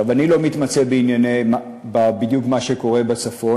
אני לא מתמצא בדיוק במה שקורה בצפון,